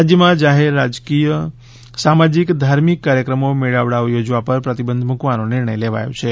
રાજ્યમાં જાહેરમાં રાજકીય સામાજીક ધાર્મિક કાર્યક્રમો મેળાવડાઓ યોજવા પર પ્રતિબંધ મૂકવાનો નિર્ણય લેવાયો છે